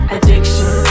Addiction